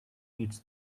meets